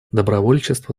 добровольчество